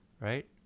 right